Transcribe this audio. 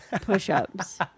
push-ups